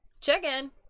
Chicken